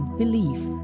belief